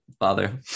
father